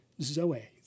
zoe